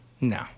No